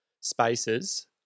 spaces